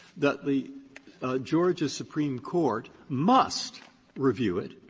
that the georgia supreme court must review it.